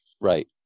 Right